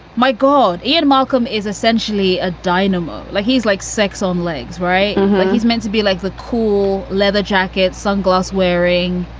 my god. ian malcolm is essentially a dynamo. like he's like sex on legs. right. and he's meant to be like the cool leather jacket, sunglass wearing,